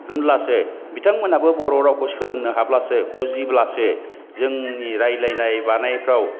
होमब्लासो बिथांमोनहाबो बर' रावखौ सोलोंनो हाब्लासो बुजिब्लासो जोंनि रायज्लायनाय मानायफ्राव